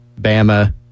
Bama